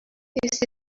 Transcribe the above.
this